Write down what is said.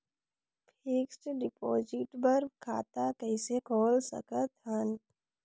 Fixed deposit बर खाता कइसे खोल सकत हन?